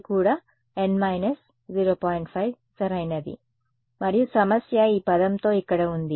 5 సరైనది మరియు సమస్య ఈ పదంతో ఇక్కడ ఉంది